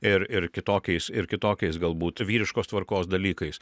ir ir kitokiais ir kitokiais galbūt vyriškos tvarkos dalykais